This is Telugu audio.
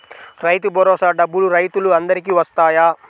రైతు భరోసా డబ్బులు రైతులు అందరికి వస్తాయా?